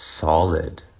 solid